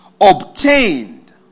obtained